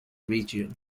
region